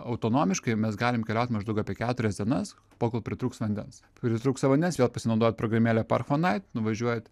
autonomiškai mes galim keliaut maždaug apie keturias dienas pakol pritrūks vandens pritrūksta vandens vėl pasinaudojat programėle park fo nait nuvažiuojat